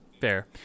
fair